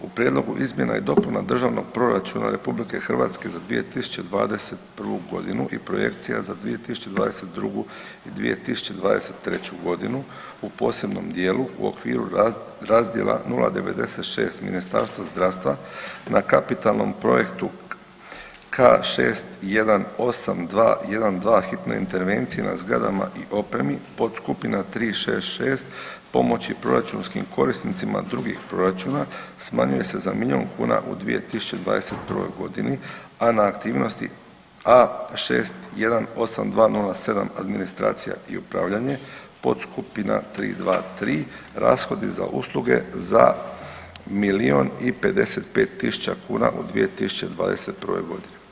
U prijedlogu izmjena i dopuna Državnog proračuna RH za 2021. g. i projekcija za 2022. i 2023. g. u posebnom dijelu u okviru razdjela 0,96 Ministarstva zdravstva, na kapitalnom projektu K-618212 hitne intervencije na zgradama i opremi, podskupina 366 pomoći proračunskim korisnicima drugih proračuna, smanjuje se za milijun kuna u 2021. g., a na aktivnosti A-618207 administracija i upravljanje, podskupina 323, rashodi za usluge za milijun i 55 tisuća kuna u 2021. g.